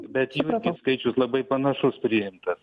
bet jų irgi skaičius labai panašus priimtas